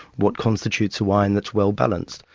what constitutes a wine that's well balanced?